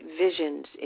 visions